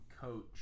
coach